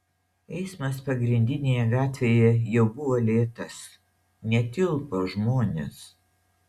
eismas pagrindinėje gatvėje jau buvo lėtas netilpo žmonės